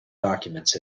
documents